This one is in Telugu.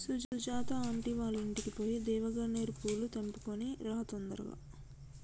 సుజాత ఆంటీ వాళ్ళింటికి పోయి దేవగన్నేరు పూలు తెంపుకొని రా తొందరగా